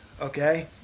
okay